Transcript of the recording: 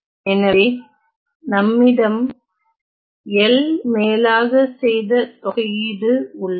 எனவே நம்மிடம் L மேலாக செய்த தொகையீடு உள்ளது